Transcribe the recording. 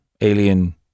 alien